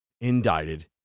indicted